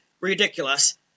ridiculous